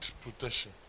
protection